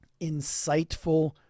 insightful